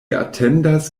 atendas